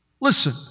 Listen